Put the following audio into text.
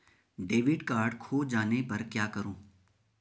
Debit card खो जाने पर क्या करूँ?